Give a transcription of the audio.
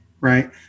right